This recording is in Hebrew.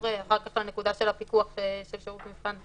אחר כך לנקודה של הפיקוח של שירות המבחן.